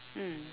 mm